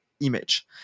image